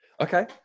Okay